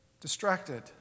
distracted